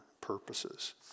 purposes